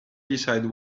decide